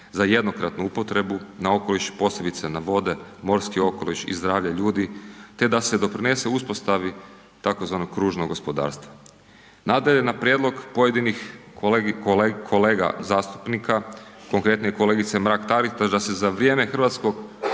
za jednokratnu upotrebu na okoliš, posebice na vode, morski okoliš i zdravlje ljudi, te da se doprinese uspostavi tzv. kružnog gospodarstva. Nadalje, na prijedlog pojedinih kolega zastupnika, konkretnije kolegice Mrak-Taritaš, da se za vrijeme hrvatskog